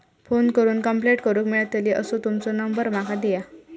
Phone करून complaint करूक मेलतली असो तुमचो नंबर माका दिया?